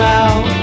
out